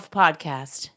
podcast